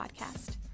podcast